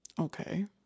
Okay